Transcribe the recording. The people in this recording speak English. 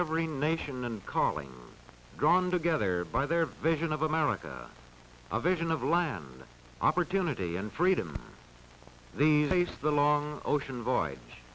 every nation and calling gone together by their vision of america a vision of land of opportunity and freedom the place the long ocean voyage